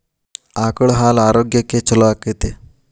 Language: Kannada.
ಆಕಳ ಹಾಲು ಆರೋಗ್ಯಕ್ಕೆ ಛಲೋ ಆಕ್ಕೆತಿ?